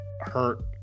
hurt